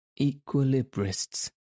equilibrists